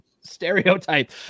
stereotype